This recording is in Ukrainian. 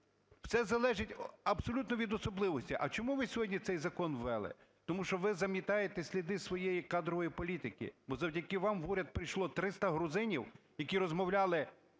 Все залежить абсолютно від особливості. А чому ви сьогодні цей закон ввели? Тому що ви замітаєте сліди своєї кадрової політики. Бо завдяки вам в уряд прийшло 300 грузинів, які розмовляли